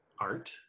art